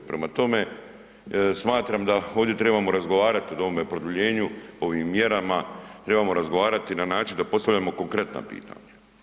Prema tome, smatram da ovdje trebamo razgovarati o ovome produljenju, ovim mjerama, trebamo razgovarati na način da postavljamo konkretna pitanja.